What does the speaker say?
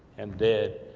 and dead.